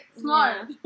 smart